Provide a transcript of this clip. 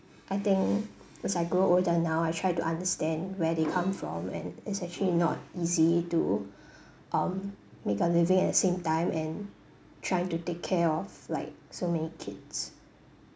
I think as I grow older now I try to understand where they come from and it's actually not easy to um make a living at the same time and trying take care of like so many kids